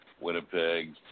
Winnipeg